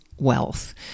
wealth